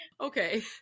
okay